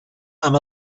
amb